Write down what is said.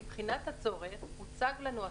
מבחינת הצורך, הוצג לנו הצורך,